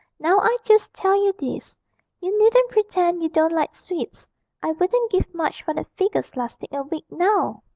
now i just tell you this you needn't pretend you don't like sweets i wouldn't give much for that figure's lasting a week, now